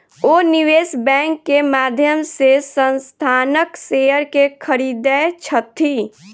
ओ निवेश बैंक के माध्यम से संस्थानक शेयर के खरीदै छथि